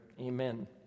Amen